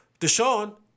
Deshaun